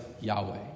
Yahweh